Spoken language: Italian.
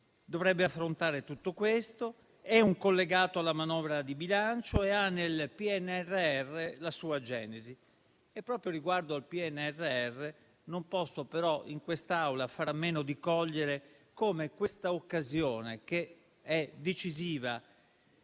dovrebbe affrontare tutto questo, è un collegato alla manovra di bilancio e ha nel PNRR la sua genesi. Proprio riguardo al PNRR, non posso però in quest'Aula fare a meno di cogliere come questa occasione, che è decisiva